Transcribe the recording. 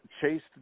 chased